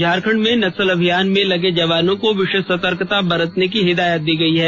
झारखंड में नक्सल अभियान में लर्गे जवानों को विशेष सतर्कता बरतने की हिदायत दी गई है